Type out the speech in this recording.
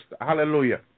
Hallelujah